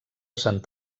sant